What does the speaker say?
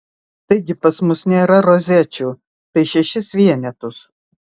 taigi pas mus nėra rozečių tai šešis vienetus